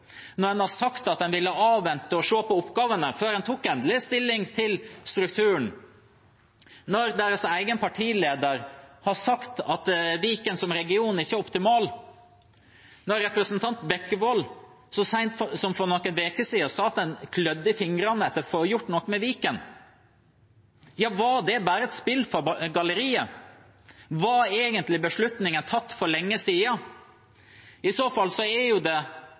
når en har sagt at en ville avvente og se på oppgavene før en tok endelig stilling til strukturen, når deres egen partileder har sagt at Viken som region ikke er optimal? Når representanten Bekkevold så sent som for noen uker siden sa at en klødde i fingrene etter å få gjort noe med Viken, var det bare et spill for galleriet, var egentlig beslutningen tatt for lenge siden? I så fall er det jo